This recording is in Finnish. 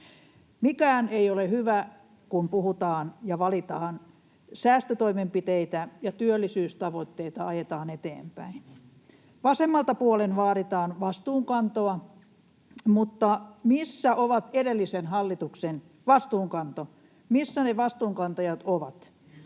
Mikään ei ole hyvä, kun valitaan säästötoimenpiteitä ja työllisyystavoitteita ajetaan eteenpäin. Vasemmalta puolen vaaditaan vastuunkantoa, mutta missä on edellisen hallituksen vastuunkanto? Missä ne vastuunkantajat ovat?